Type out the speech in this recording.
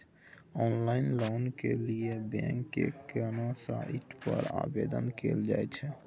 Online loan के लिए bank के केना साइट पर आवेदन कैल जाए छै?